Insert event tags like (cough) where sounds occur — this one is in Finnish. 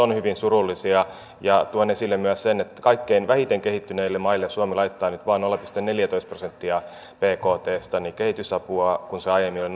ovat hyvin surullisia ja tuon esille myös sen että kaikkein vähiten kehittyneille maille suomi laittaa nyt vain nolla pilkku neljätoista prosenttia bktstä kehitysapua kun se aiemmin (unintelligible)